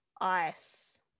Ice